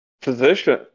physician